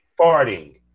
farting